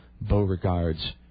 Beauregard's